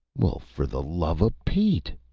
well, for the luvva pete,